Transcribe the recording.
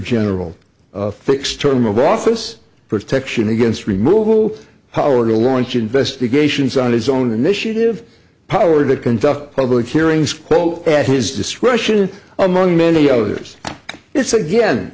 general fixed term of office protection against removal power to launch investigations on his own initiative power to conduct public hearings quote at his discretion among many others it's again